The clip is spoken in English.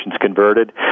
converted